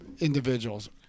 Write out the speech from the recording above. individuals